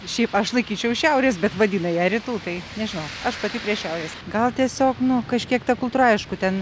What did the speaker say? šiaip aš laikyčiau šiaurės bet vadina ją rytų tai nežinau aš pati prie šiaurės gal tiesiog nu kažkiek ta kultūra aišku ten